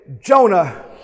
Jonah